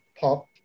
pop